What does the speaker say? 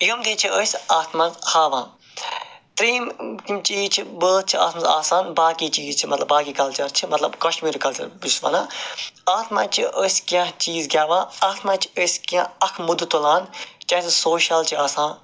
یِمنٕے چھِ أسۍ اَتھ منٛز ہاوان ترٛیٚیِم چیٖز چھِ بٲتھ چھِ اَتھ منٛز آسان باقی چیٖز چھِ مطلب باقی کَلچَر چھِ مطلب کشمیٖری کلچَر بہٕ چھُس وَنان اَتھ منٛز چھِ أسۍ کیٚنٛہہ چیٖز گٮ۪وان اَتھ منٛز چھِ أسۍ کیٚنٛہہ اَکھ مُدٕ تُلان چاہے سُہ سوشَل چھِ آسان